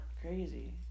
crazy